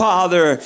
Father